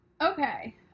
Okay